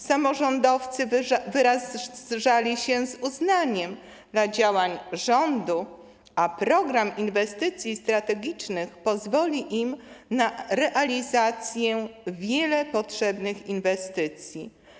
Samorządowcy wyrażali uznanie dla działań rządu, a Program Inwestycji Strategicznych pozwoli im na realizację wielu potrzebnych inwestycji.